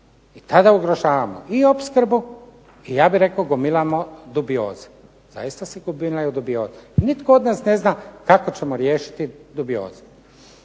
I kada ugrožavamo i opskrbu i ja bih rekao gomilamo dubioze. Zaista se gomilaju dubioze. Nitko od nas ne zna kako ćemo riješiti dubioze.